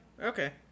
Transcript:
Okay